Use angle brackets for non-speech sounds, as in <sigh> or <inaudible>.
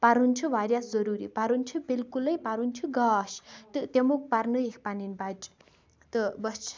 پَرُن چھِ واریاہ ضروٗری پَرُن چھِ بالکلٕے پَرُن چھِ گاش تہٕ تِمو پَرنٲیِکھ پَنٕنۍ بَچہِ تہٕ <unintelligible>